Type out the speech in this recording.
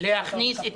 להכניס את